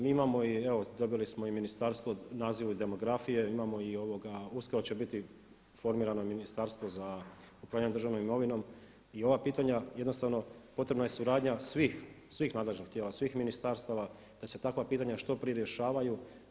Mi imamo i evo dobili smo i Ministarstvo demografije imamo i uskoro će biti formirano Ministarstvo za upravljanje državnom imovinom i ova pitanja jednostavno potrebna je suradnja svih nadležnih tijela, svih ministarstava da se takva pitanja što prije rješavaju.